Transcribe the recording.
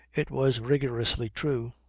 it was rigorously true.